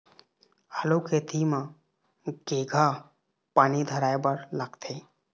आलू खेती म केघा पानी धराए बर लागथे?